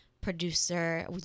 producer